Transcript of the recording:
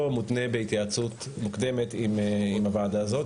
מותנה בהתייעצות מוקדמת עם הוועדה הזאת,